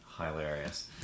Hilarious